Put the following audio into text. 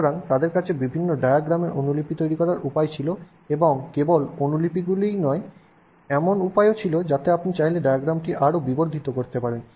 সুতরাং তাদের কাছে বিভিন্ন ডায়াগ্রামের অনুলিপি তৈরি করার উপায় ছিল এবং কেবল অনুলিপিগুলিই নয় এমন উপায়ও ছিল যাতে আপনি চাইলে ডায়াগ্রামটি আরও বিবর্ধিত করতে পারেন